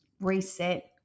reset